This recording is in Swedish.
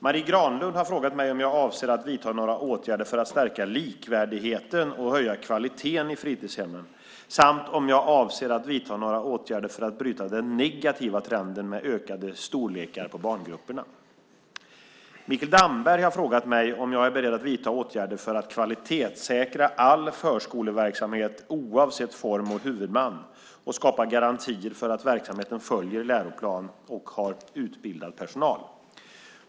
Marie Granlund har frågat mig om jag avser att vidta några åtgärder för att stärka likvärdigheten och höja kvaliteten i fritidshemmen samt om jag avser att vidta några åtgärder för att bryta den negativa trenden med ökade storlekar på barngrupperna. Mikael Damberg har frågat mig om jag är beredd att vidta åtgärder för att kvalitetssäkra all förskoleverksamhet oavsett form och huvudman och skapa garantier för att verksamheten följer läroplan och har utbildad personal.